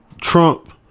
Trump